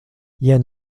jen